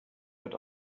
wird